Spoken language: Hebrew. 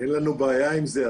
אין לנו בעיה עם זה.